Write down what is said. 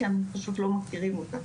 כי אנחנו פשוט לא מכירים אותה,